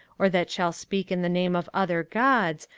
or that shall speak in the name of other gods,